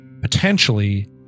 potentially